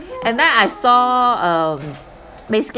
and then I saw um basically